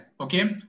okay